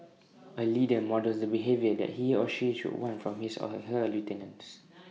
A leader models the behaviour that he or she should want from his or her lieutenants